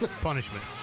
Punishment